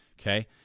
okay